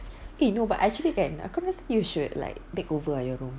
eh no but I actually kan aku feel you should like makeover ah your room